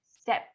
step